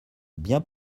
bien